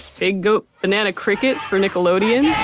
pig goat banana cricket for nickelodeon. i